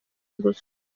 gusa